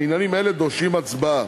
עניינים אלה דורשים הצבעה.